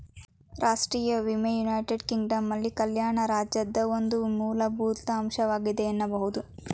ರಾಷ್ಟ್ರೀಯ ವಿಮೆ ಯುನೈಟೆಡ್ ಕಿಂಗ್ಡಮ್ನಲ್ಲಿ ಕಲ್ಯಾಣ ರಾಜ್ಯದ ಒಂದು ಮೂಲಭೂತ ಅಂಶವಾಗಿದೆ ಎನ್ನಬಹುದು